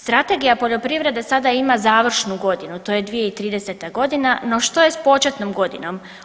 Strategija poljoprivrede sada ima završnu godinu, to je 2030. g., no što je s početnom godinom?